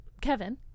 kevin